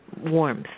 warmth